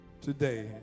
today